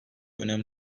önem